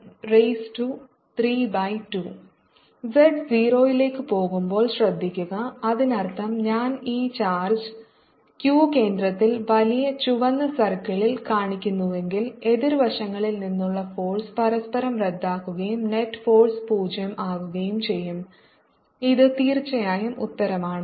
F14π0Qqz2R2zz2R214π0Qqzz2R232 Fnet14π012Qqzz2R232 Z 0 ലേക്ക് പോകുമ്പോൾ ശ്രദ്ധിക്കുക അതിനർത്ഥം ഞാൻ ഈ ചാർജ് Q കേന്ദ്രത്തിൽ വലിയ ചുവന്ന സർക്കിളിൽ കാണിക്കുന്നുവെങ്കിൽ എതിർവശങ്ങളിൽ നിന്നുള്ള ഫോഴ്സ് പരസ്പരം റദ്ദാക്കുകയും നെറ്റ് ഫോഴ്സ് 0 ആകുകയും ചെയ്യും ഇത് തീർച്ചയായും ഉത്തരമാണ്